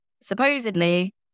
supposedly